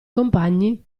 compagni